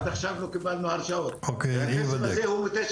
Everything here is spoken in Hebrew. עד עכשיו לא קיבלנו הרשאות, והכסף הזה הוא מ-959,